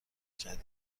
جدید